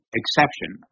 exception